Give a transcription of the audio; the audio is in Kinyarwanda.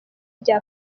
rya